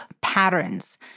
patterns